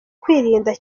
kwirinda